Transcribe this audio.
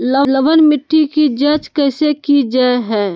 लवन मिट्टी की जच कैसे की जय है?